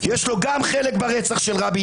יש לו גם חלק ברצח של רבין,